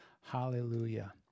Hallelujah